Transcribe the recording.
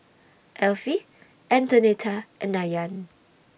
Elfie Antonetta and Ayaan